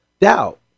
doubt